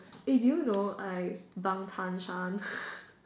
eh do you know I